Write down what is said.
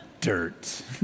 dirt